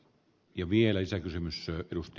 ne mieleensä missä edusti